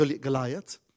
Goliath